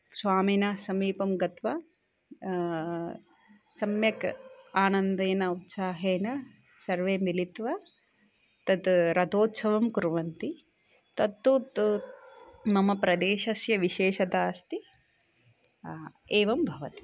स्वामिनः समीपं गत्वा सम्यक् आनन्देन उत्साहेन सर्वे मिलित्वा तद् रतोत्सवं कुर्वन्ति तत्तु त् मम प्रदेशस्य विशेषता अस्ति एवं भवति